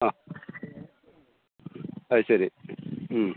ആ അത് ശരി